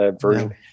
version